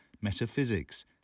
metaphysics